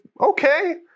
Okay